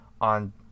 on